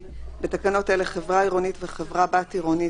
בתקנות אלה - "חברה עירונית" ו-"חברת בת עירונית"